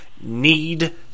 need